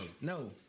No